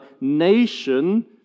nation